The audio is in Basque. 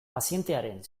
pazientearen